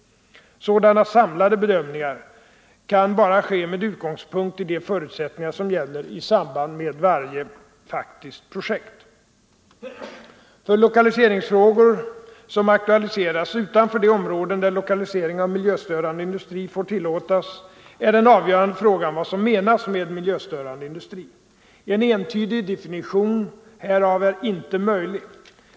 Sådana samlade bedömningar kan bara ske med utgångspunkt i de förutsättningar som gäller i samband med varje faktiskt projekt. För lokaliseringsfrågor som aktualiseras utanför de områden där lokalisering av miljöstörande industri får tillåtas är den avgörande frågan vad som menas med miljöstörande industri. En entydig definition härav är inte möjlig.